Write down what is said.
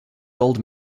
gold